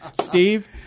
Steve